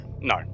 No